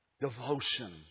devotion